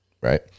right